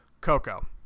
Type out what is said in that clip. Coco